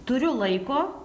turiu laiko